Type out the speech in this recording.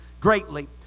greatly